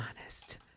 honest